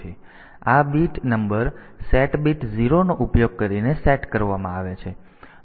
તેથી આ bit number set bit 0 નો ઉપયોગ કરીને સેટ કરવામાં આવે છે